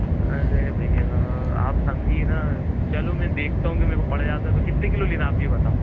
अरे भैया आप समझिए न चलो मैं देखता हूँ कि मेको पड़ जाता है तो कितने किलो लेना है आप ये बताओ